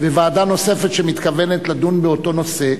וועדה נוספת שמתכוונת לדון באותו נושא.